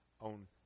own